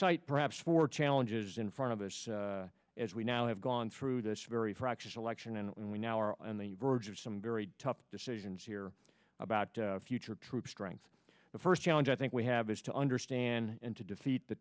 fight perhaps for challenges in front of us as we now have gone through this very fractious election and we now are on the verge of some very tough decisions here about future troop strength the first challenge i think we have is to understand and to defeat the